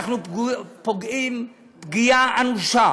אנחנו פוגעים פגיעה אנושה